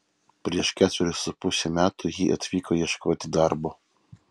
prieš ketverius su puse metų ji atvyko ieškoti darbo